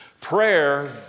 Prayer